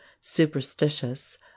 superstitious